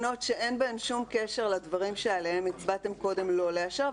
--- כל התקנות שאין בהן שום קשר לדברים שעליהם הצבעתם קודם לא לאשר,